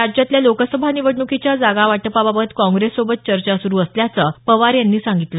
राज्यातल्या लोकसभा निवडणुकीच्या जागा वाटपाबाबत काँग्रेससोबत चर्चा सुरु असल्याचं पवार यांनी सांगितलं